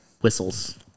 whistles